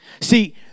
See